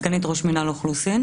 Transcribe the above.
סגנית ראש מינהל האוכלוסין,